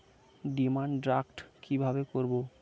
Demand draft কীভাবে করব?